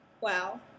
wow